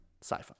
sci-fi